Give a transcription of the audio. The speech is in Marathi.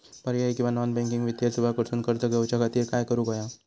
पर्यायी किंवा नॉन बँकिंग वित्तीय सेवा कडसून कर्ज घेऊच्या खाती काय करुक होया?